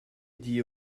dit